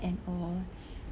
and all